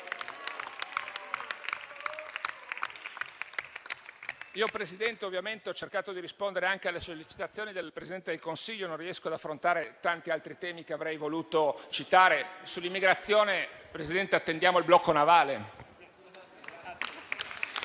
Presidente, ho cercato di rispondere anche alle sollecitazioni del Presidente del Consiglio; non riesco ad affrontare tanti altri temi che avrei voluto citare. Sull'immigrazione, Presidente, attendiamo il blocco navale.